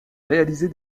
réaliser